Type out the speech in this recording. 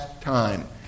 time